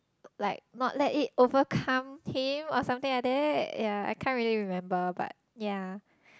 like not let it overcome him or something like that yea I can't really remember but yea